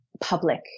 public